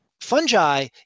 fungi